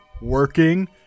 working